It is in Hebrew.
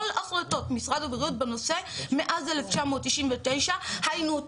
החלטות משרד הבריאות בנושא מאז 1999. היינו,